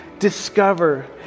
discover